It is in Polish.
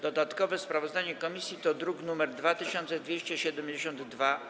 Dodatkowe sprawozdanie komisji to druk nr 2272-A.